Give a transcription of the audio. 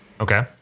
Okay